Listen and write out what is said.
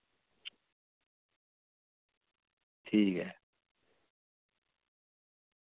ठीक ऐ